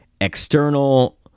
external